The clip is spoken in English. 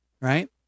right